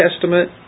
Testament